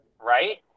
Right